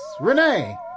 Renee